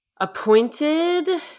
appointed